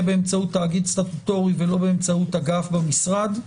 באמצעות תאגיד סטטוטורי ולא באמצעות אגף במשרד.